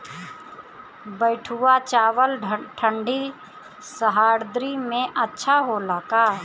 बैठुआ चावल ठंडी सह्याद्री में अच्छा होला का?